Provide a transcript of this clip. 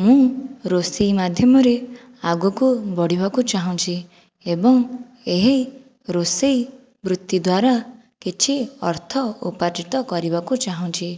ମୁଁ ରୋଷେଇ ମାଧ୍ୟମରେ ଆଗକୁ ବଢ଼ିବାକୁ ଚାହୁଁଛି ଏବଂ ଏହି ରୋଷେଇ ବୃତ୍ତି ଦ୍ଵାରା କିଛି ଅର୍ଥ ଉପାଜିତ କରିବାକୁ ଚାହୁଁଛି